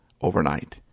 overnight